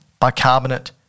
bicarbonate